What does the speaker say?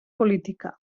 política